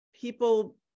people